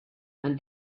and